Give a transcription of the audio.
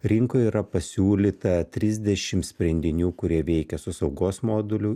rinkoje yra pasiūlyta trisdešimt sprendinių kurie veikia su saugos moduliu